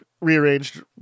rearranged